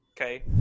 Okay